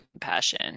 compassion